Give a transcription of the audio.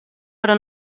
però